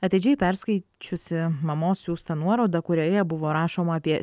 atidžiai perskaičiusi mamos siųstą nuorodą kurioje buvo rašoma apie